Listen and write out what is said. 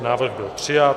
Návrh byl přijat.